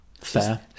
Fair